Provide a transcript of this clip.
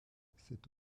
cette